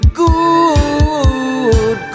good